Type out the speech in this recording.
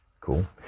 Cool